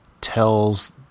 tells